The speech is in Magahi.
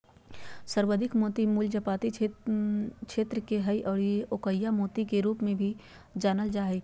संवर्धित मोती मूल जापानी क्षेत्र के हइ जे कि अकोया मोती के रूप में भी जानल जा हइ